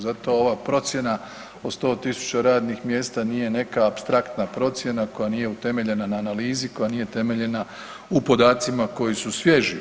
Zato ova procjena o 100.000 radnih mjesta nije neka apstraktna procjena koja nije utemeljena na analizi koja nije temeljena u podacima koji su svježi.